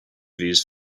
these